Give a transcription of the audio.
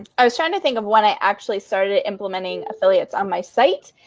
i was trying to think of when i actually started ah implementing affiliates on my site.